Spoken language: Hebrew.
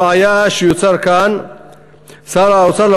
הבעיה שיוצר כאן שר האוצר,